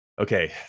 okay